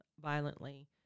violently